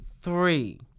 three